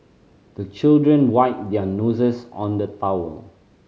the children wipe their noses on the towel